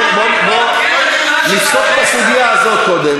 בוא נפסוק בסוגיה הזאת קודם.